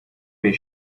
that